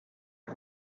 you